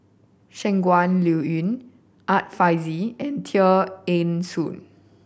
Shangguan Liuyun Art Fazil and Tear Ee Soon